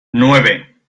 nueve